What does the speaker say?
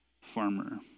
farmer